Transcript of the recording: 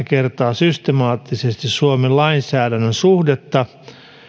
kertaa systemaattisesti suomen lainsäädännön suhdetta